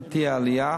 תהיה עלייה.